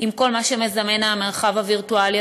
עם כל מה שמזמן המרחב הווירטואלי.